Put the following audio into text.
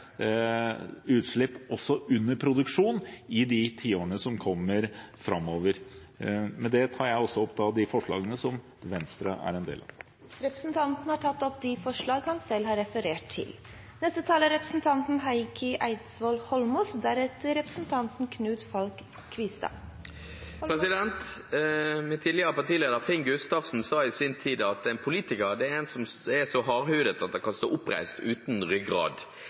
utslipp under produksjon i de tiårene som kommer. Med det tar jeg opp det forslaget som Venstre har sammen med Sosialistisk Venstreparti og Miljøpartiet De Grønne. Representanten Ola Elvestuen har da tatt opp det forslaget han refererte til. Min tidligere partileder Finn Gustavsen sa i sin tid at en politiker er en som er så hardhudet at han kan stå oppreist uten